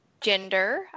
Gender